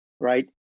right